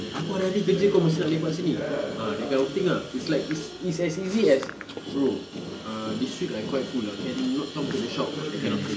aku hari-hari kerja kau masih nak lepak sini ah that kind of thing ah it's like it's as easy as bro uh this week I quite full lah cannot come to the shop or not that kind of thing